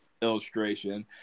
illustration